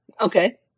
Okay